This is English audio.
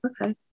okay